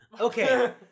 Okay